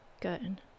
Good